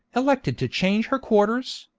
elected to change her quarters,